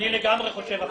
אני מציעה,